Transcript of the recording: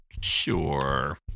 Sure